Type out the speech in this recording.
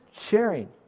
sharing